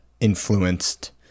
influenced